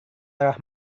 arah